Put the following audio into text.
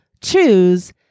choose